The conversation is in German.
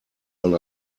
man